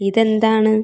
ഇതെന്താണ്